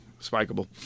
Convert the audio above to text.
spikeable